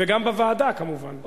וגם בוועדה כמובן.